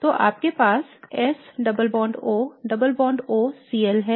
तो आपके पास S double bond O double bond O Cl है